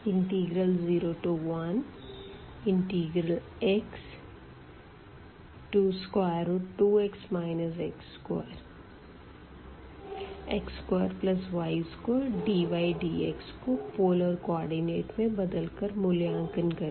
01x2x x2x2y2dydx को polar coordinate में बदल कर मूल्यांकन करें